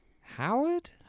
Howard